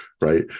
right